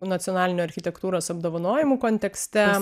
nacionalinio architektūros apdovanojimų kontekste